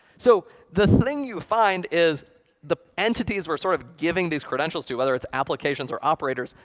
so the thing you find is the entities we're sort of giving these credentials to, whether it's applications or operators,